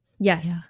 Yes